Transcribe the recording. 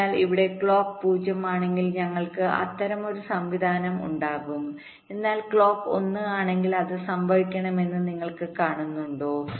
അതിനാൽ ഇവിടെ ക്ലോക്ക് 0 ആണെങ്കിൽ ഞങ്ങൾക്ക് അത്തരമൊരു സംവിധാനം ഉണ്ടാകും എന്നാൽ ക്ലോക്ക് 1 ആണെങ്കിൽ എന്ത് സംഭവിക്കുമെന്ന് നിങ്ങൾ കാണുന്നുണ്ടോ